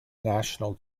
national